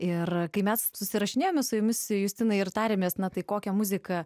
ir kai mes susirašinėjome su jumis justinai ir tariamės na tai kokią muziką